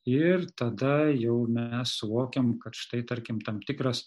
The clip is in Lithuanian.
ir tada jau mes suvokiam kad štai tarkim tam tikras